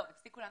על פי נתון